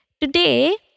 Today